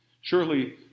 Surely